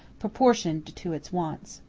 proportioned to its wants.